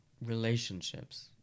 relationships